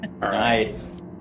Nice